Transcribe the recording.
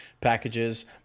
packages